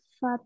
fat